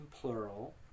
plural